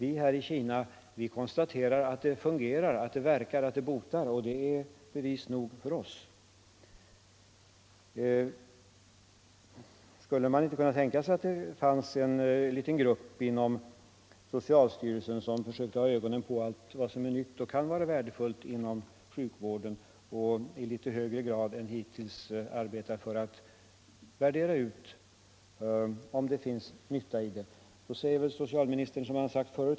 I Kina konstaterar vi att ett medel fungerar, att det verkar, att det botar, och det är bevis nog.